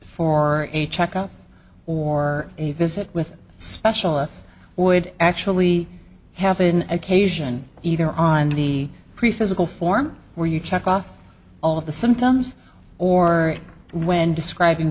for a checkup or a visit with specialists would actually happen occasion either on the preferred sickle form where you check off all of the symptoms or when describing